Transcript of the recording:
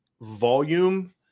volume